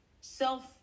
self